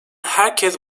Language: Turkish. herkes